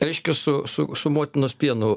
reiškia su su motinos pienu